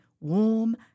warm